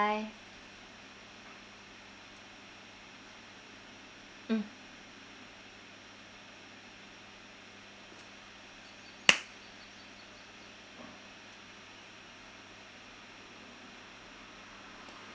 mm